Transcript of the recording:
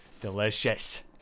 delicious